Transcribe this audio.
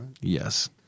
Yes